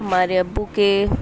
ہمارے ابو کے